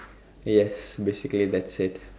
yes basically that's it